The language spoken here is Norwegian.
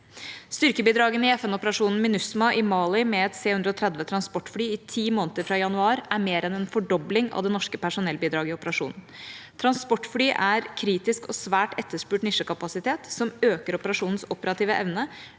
Styrkebidragene i FN-operasjonen MINUSMA i Mali med et C-130 transportfly i ti måneder fra januar er mer enn en fordobling av det norske personellbidraget i operasjonen. Transportfly er kritisk og svært etterspurt nisjekapasitet som øker operasjonens operative evne,